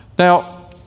Now